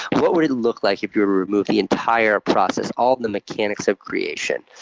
what would it look like if you were to remove the entire process, all the mechanics of creation?